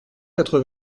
quatre